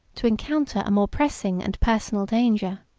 to encounter a more pressing and personal danger.